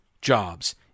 jobs